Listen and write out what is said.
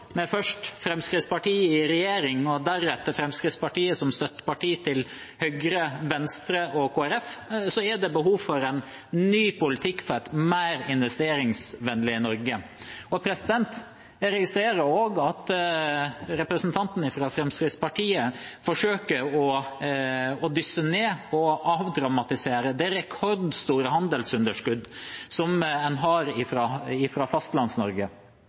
først Fremskrittspartiet i regjering og deretter Fremskrittspartiet som støtteparti til Høyre, Venstre og Kristelig Folkeparti, er det behov for en ny politikk for et mer investeringsvennlig Norge. Jeg registrerer også at representanten fra Fremskrittspartiet forsøker å dysse ned og avdramatisere det rekordstore handelsunderskuddet en har fra Fastlands-Norge, et handelsunderskudd som har